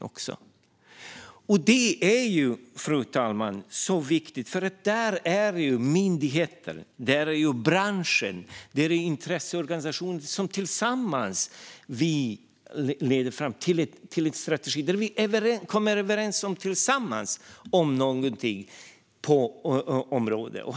Detta är viktigt, fru talman, för det handlar om att myndigheter, branscher och intresseorganisationer tillsammans arbetar fram en strategi. Vi kommer tillsammans överens om någonting på ett område.